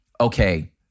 okay